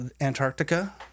Antarctica